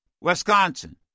Wisconsin